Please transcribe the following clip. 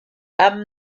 ham